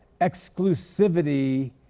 exclusivity